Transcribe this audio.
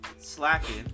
slacking